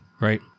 right